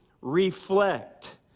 reflect